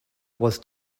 was